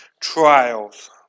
trials